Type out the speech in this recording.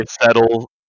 settle